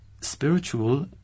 spiritual